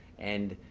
and,